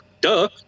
Duh